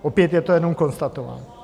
Opět je to jenom konstatování.